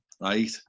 right